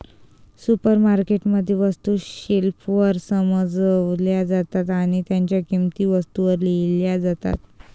supermarket मध्ये, वस्तू शेल्फवर सजवल्या जातात आणि त्यांच्या किंमती वस्तूंवर लिहिल्या जातात